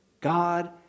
God